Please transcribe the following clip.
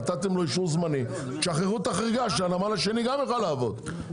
נתתם לו אישור זמני - תשחררו את החריגה שהנמל השני גם יוכל לעבוד.